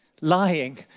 Lying